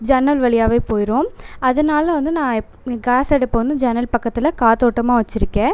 ஜன்னல் வழியாகவே போயிரும் அதனால் வந்து நான் எப் கேஸ் அடுப்பை வந்து ஜன்னல் பக்கத்தில் காற்றோட்டமா வச்சுருக்கேன்